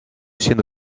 siendo